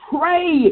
pray